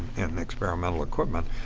and and experimental equipment.